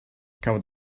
cafodd